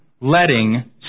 letting